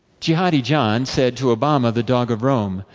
jihadi john said, to obama, the dog of rome.